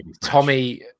Tommy